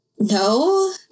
No